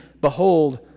behold